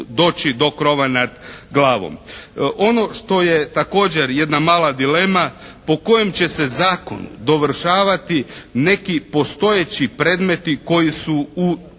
Ono što je također jedna mala dilema po kojem će se zakonu dovršavati neki postojeći predmeti koji su u tijeku.